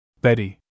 Betty